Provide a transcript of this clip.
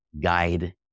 guide